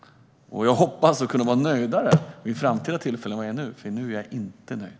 Jag hoppas kunna vara nöjdare vid framtida tillfällen, för nu är jag inte nöjd.